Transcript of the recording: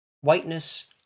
Whiteness